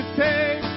take